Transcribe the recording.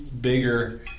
bigger